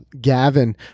Gavin